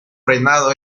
reinado